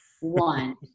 One